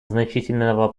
значительного